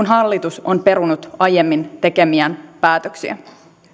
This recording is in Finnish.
hallitus on perunut aiemmin tekemiään päätöksiä